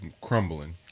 crumbling